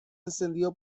encendió